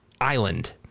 island